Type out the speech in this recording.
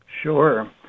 Sure